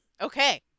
Okay